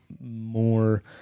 more